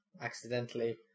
accidentally